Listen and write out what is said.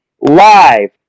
live